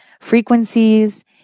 Frequencies